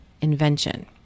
invention